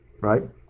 right